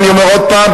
אני אומר עוד פעם,